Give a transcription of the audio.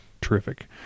terrific